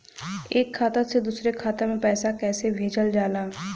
एक खाता से दुसरे खाता मे पैसा कैसे भेजल जाला?